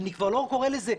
אני כבר לא קורה לזה,